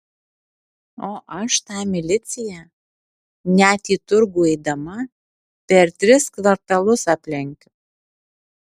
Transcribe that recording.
o aš tą miliciją net į turgų eidama per tris kvartalus aplenkiu